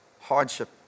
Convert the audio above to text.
hardship